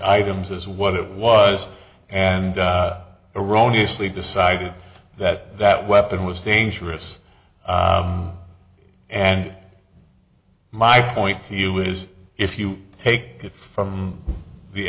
items as what it was and erroneous lee decided that that weapon was dangerous and my point to you is if you take it from the